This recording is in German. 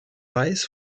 weiß